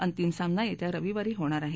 अंतिम सामना येत्या रविवारी होणार आहे